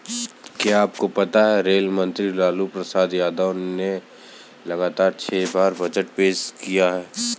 क्या आपको पता है रेल मंत्री लालू प्रसाद यादव ने लगातार छह बार बजट पेश किया?